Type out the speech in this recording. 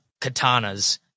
katanas